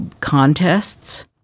contests